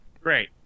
great